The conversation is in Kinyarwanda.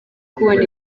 kubona